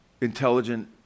intelligent